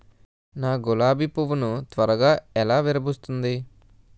నా గులాబి పువ్వు ను త్వరగా ఎలా విరభుస్తుంది?